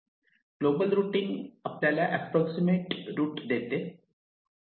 global routing आपल्याला approximate route देते